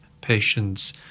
patients